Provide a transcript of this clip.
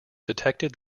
detected